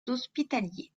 hospitaliers